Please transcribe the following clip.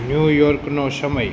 ન્યૂયોર્કનો સમય